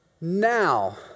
Now